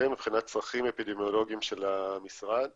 מבחינת צרכים אפידמיולוגיים של המשרד